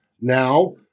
now